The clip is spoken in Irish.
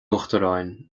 uachtaráin